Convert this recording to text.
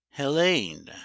Helene